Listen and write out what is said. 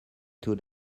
two